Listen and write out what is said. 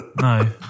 No